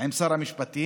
עם שר המשפטים,